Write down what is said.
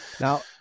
now